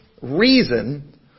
reason